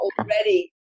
already